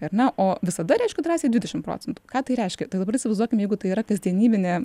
ar ne o visada reiškiu drąsiai dvidešim procentų ką tai reiškia tai dabar įsivaizduokim jeigu tai yra kasdienybinė